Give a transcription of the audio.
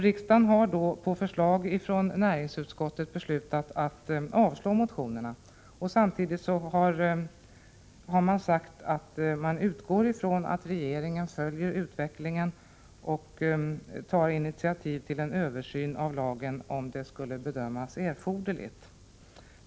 Riksdagen har vid dessa tillfällen på förslag av näringsutskottet beslutat att avslå motionerna. Samtidigt har utskottet sagt att man utgår ifrån att regeringen följer utvecklingen och tar initiativ till en översyn av lagen, om det skulle bedömas erforderligt.